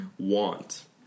want